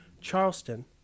Charleston